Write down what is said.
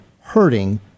hurting